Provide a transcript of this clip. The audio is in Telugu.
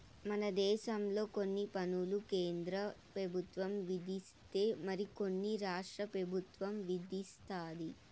మన దేశంలో కొన్ని పన్నులు కేంద్ర పెబుత్వం విధిస్తే మరి కొన్ని రాష్ట్ర పెబుత్వం విదిస్తది